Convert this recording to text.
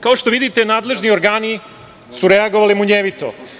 Kao što vidite, nadležni organi su reagovali munjevito.